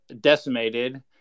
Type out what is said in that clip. decimated